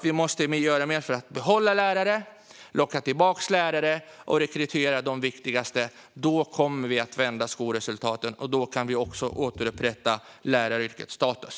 Vi måste därför göra mer för att behålla lärare, locka tillbaka lärare och rekrytera de bästa och viktigaste. Då kommer vi att vända skolresultaten. Då kan vi också återupprätta läraryrkets status.